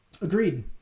agreed